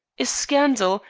a scandal,